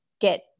get